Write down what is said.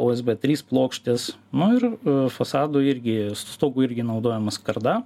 usb trys plokštės nu ir fasado irgi su stogu irgi naudojama skarda